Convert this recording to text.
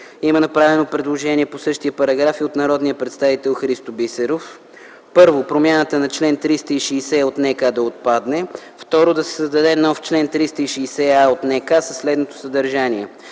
Има направено предложение по същия параграф и от народния представител Христо Бисеров: „1. Промяната на чл. 360 от НК да отпадне. 2. Да се създаде нов чл. 360а от НК със следното съдържание: